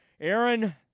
Aaron